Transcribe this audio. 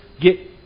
get